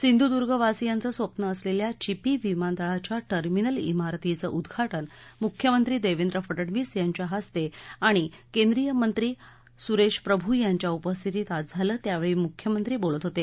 सिंधुद्गवासियांच स्वप्न असलेल्या चिपी विमानतळाच्या टर्मिनल िारतीच उद्घाटन मुख्यमंत्री देवेंद्र फडणवीस यांच्या हस्ते आणि केंद्रीय मंत्री सुरेश प्रभू यांच्या उपस्थितीत आज झालं त्यावेळी मुख्यमंत्री बोलत होते